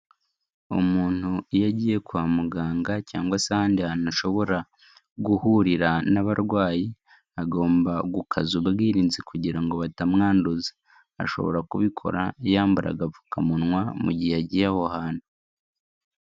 Umuntu iyo agiye kwa muganga, cyangwa se ahandi ashobora guhurira n'abarwayi, agomba gukaza ubwirinzi kugira ngo batamwanduza. Ashobora kubikora yamba agapfukamunwa, mu mugihe agiye aho hantu.